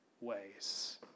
ways